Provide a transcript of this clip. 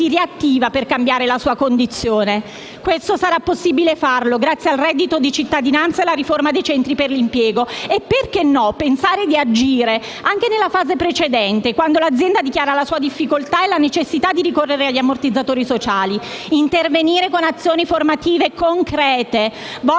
si riattiva per cambiare la sua condizione. Questo sarà possibile farlo grazie al reddito di cittadinanza e alla riforma dei centri per l'impiego, pensando di agire - perché no - anche nella fase precedente, quando l'azienda dichiara la sua difficoltà e la necessità di ricorrere agli ammortizzatori sociali. Intervenire con azioni formative concrete, volte